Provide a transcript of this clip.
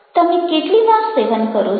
તમે કેટલી વાર સેવન કરો છો